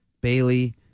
Bailey